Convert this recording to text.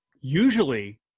usually